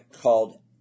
called